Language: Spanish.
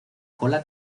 cola